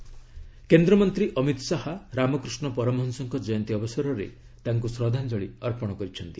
ଶାହା ରାମକୃଷ୍ଣ ପରମହଂସ କେନ୍ଦ୍ରମନ୍ତ୍ରୀ ଅମିତ ଶାହା ରାମକୃଷ୍ଣ ପରମହଂସଙ୍କ ଜୟନ୍ତୀ ଅବସରରେ ତାଙ୍କୁ ଶ୍ରଦ୍ଧାଞ୍ଚଳି ଅର୍ପଣ କରିଛନ୍ତି